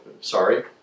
sorry